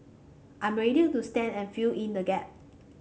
I'm ready to stand and fill in the gap